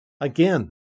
Again